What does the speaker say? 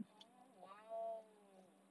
oh !wow!